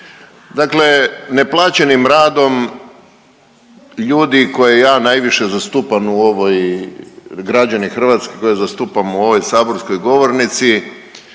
Dakle, neplaćenim radom ljudi koje ja najviše zastupam u ovoj, građani Hrvatske koje zastupam u ovoj saborskoj govornici